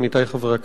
עמיתי חברי הכנסת,